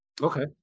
Okay